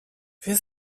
wir